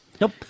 Nope